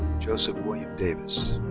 joseph william davis.